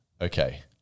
Okay